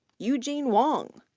eugene wang,